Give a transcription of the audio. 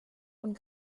und